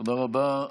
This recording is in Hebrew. תודה רבה.